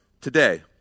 today